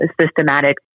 systematic